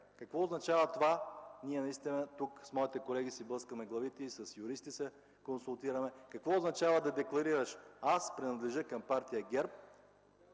Какво означава това? Ние наистина тук с моите колеги си блъскаме главите и се консултираме с юристи. Какво означава да декларираш: „аз принадлежа към Партия ГЕРБ”,